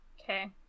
Okay